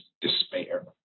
despair